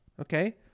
okay